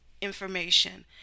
information